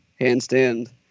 handstand